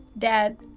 dad.